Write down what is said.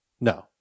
No